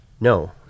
no